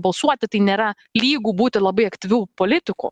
balsuoti tai nėra lygu būti labai aktyviu politiku